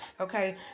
Okay